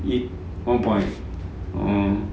一 one point oh